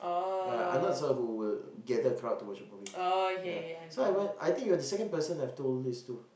ya I'm not someone who will gather a crowd to watch a movie so I went I think you're the second person I've told this to